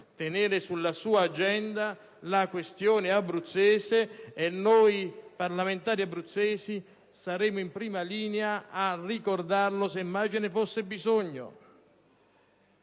tenere sulla loro agenda la questione abruzzese e noi parlamentari abruzzesi saremo in prima linea a ricordarlo, se mai ce ne fosse bisogno.